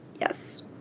Yes